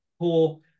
poor